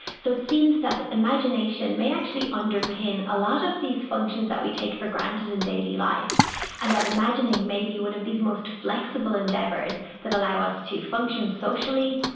so it seems that imagination may actually underpin a lot of these functions that we take for granted in daily life and that imagining maybe one of these most flexible endeavours that allow us to function socially,